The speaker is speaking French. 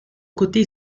côté